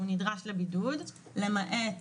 (בידוד בית והוראות שונות)